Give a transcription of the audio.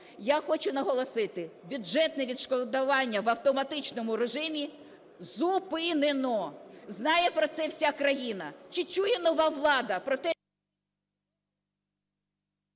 Я хочу наголосити, бюджетне відшкодування в автоматичному режимі зупинено. Знає про це вся країна. Чи чує нова влада про те…